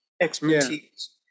expertise